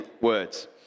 words